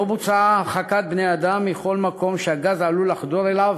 ולא בוצעה הרחקת בני-אדם מכל מקום שהגז עלול לחדור אליו,